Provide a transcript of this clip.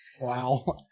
Wow